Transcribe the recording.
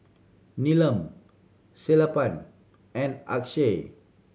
Neelam Sellapan and Akshay